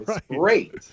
great